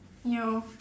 yo